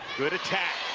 good attack.